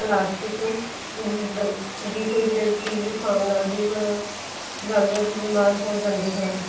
plastic ਦ ਦੀ ਕੋਈ ਜ ਚੀਜ਼ ਖਾਣ ਨਾਲ ਵੀ ਵ ਜਾਨਵਰ ਬਿਮਾਰ ਹੋ ਜਾਂਦੇ ਹਨ